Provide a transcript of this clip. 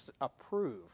approve